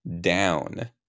down